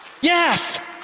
Yes